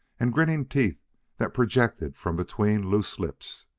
and grinning teeth that projected from between loose lips.